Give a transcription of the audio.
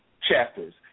chapters